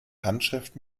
handschrift